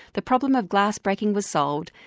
the problem of glass breaking was solved,